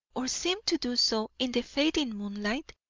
or seemed to do so in the fading moonlight,